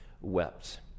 wept